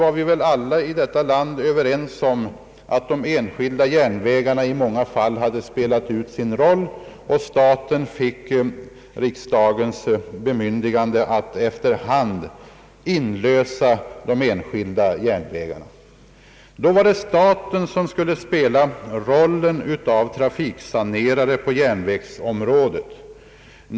Då var väl alla i detta land överens om att de enskilda järnvägarna i många fall hade spelat ut sin roll, och statens järnvägar fick riksdagens bemyndigande att efter hand inlösa de enskilda järnvägarna. Då var det staten som skulle spela rollen av trafiksanerare på järnvägsområdet.